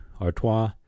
Artois